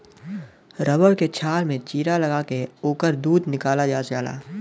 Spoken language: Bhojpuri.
रबर के छाल में चीरा लगा के ओकर दूध निकालल जाला